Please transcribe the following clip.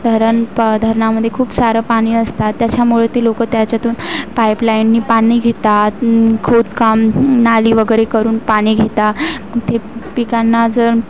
धरण पं धरणामध्ये खूप सारं पाणी असतात त्याच्यामुळे ती लोकं त्याच्यातून पाइपलाईनने पाणी घेतात खोदकाम नाली वगैरे करून पाणी घेतात ते पिकांना जर